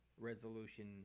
resolution